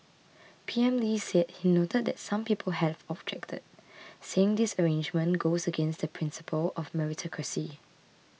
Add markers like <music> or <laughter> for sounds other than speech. P M Lee said he noted that some people have objected <noise> saying this arrangement goes against the principle of meritocracy